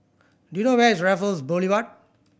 do you know where is Raffles Boulevard